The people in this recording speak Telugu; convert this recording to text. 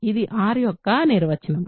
ఇది R యొక్క నిర్వచనం